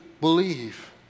believe